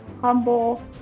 humble